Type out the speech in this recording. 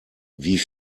wie